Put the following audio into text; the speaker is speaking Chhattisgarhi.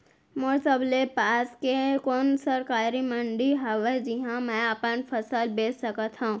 मोर सबले पास के कोन सरकारी मंडी हावे जिहां मैं अपन फसल बेच सकथव?